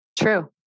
True